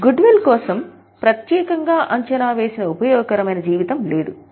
good will కోసం ప్రత్యేకంగా అంచనా వేసిన ఉపయోగకరమైన జీవితం లేదు